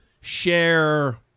share